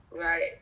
Right